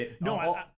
No